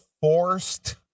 forced